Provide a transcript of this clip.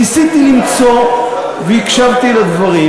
ניסיתי למצוא, והקשבתי לדברים,